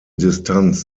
distanz